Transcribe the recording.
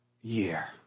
year